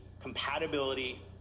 compatibility